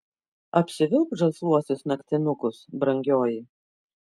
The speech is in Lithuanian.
apsivilk žalsvuosius naktinukus brangioji